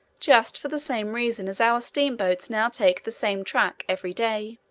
just for the same reason as our steam-boats now take the same track, every day.